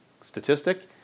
statistic